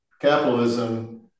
capitalism